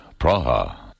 Praha